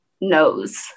knows